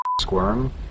squirm